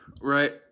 right